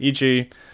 EG